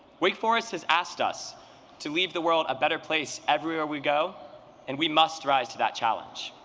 wake forest has asked us to leave the world a better place. everywhere we go and we must rise to that challenge.